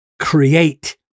create